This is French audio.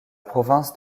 province